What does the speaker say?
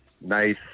nice